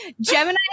Gemini